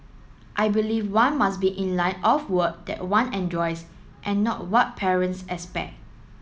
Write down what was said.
I believe one must be in line of work that one enjoys and not what parents expect